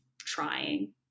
trying